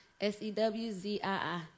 S-E-W-Z-I-I